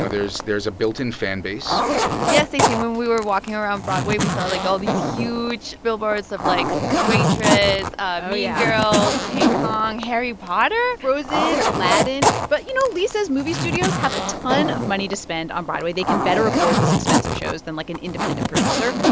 know, there's there's a built-in fan base yeah, stacey, when we were walking around broadway, we saw like all these huge billboards of, like, waitress. ah oh, yeah. mean girls, king kong, harry potter. frozen, aladdin. but you know, lee says movie studios have a ton of money to spend on broadway. they can better afford these expensive shows than, like, an independent producer.